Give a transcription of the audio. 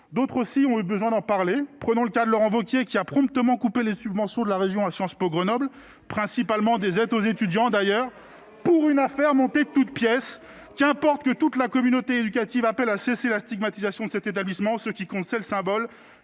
d'autres si on avait besoin d'en parler, prenons le cas de Laurent Wauquiez qui a promptement couper les subventions de la région à Sciences Po Grenoble principalement des aides aux étudiants d'ailleurs pour une affaire montée de toutes pièces, qu'importe que toute la communauté éducative, appelle à cesser la stigmatisation de cet établissement, ce qui compte, seul symbole